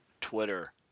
Twitter